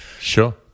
sure